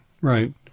right